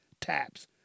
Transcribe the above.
taps